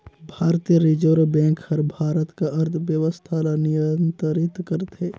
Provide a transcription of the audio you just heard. भारतीय reserve bank हर भारत कर अर्थबेवस्था ल नियंतरित करथे